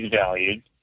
valued